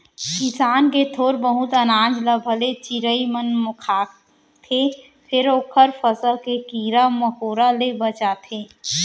किसान के थोर बहुत अनाज ल भले चिरई मन खाथे फेर ओखर फसल के कीरा मकोरा ले बचाथे